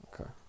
Okay